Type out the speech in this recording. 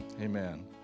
Amen